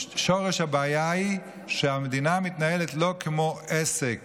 שורש הבעיה הוא שהמדינה מתנהלת לא כמו עסק